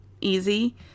easy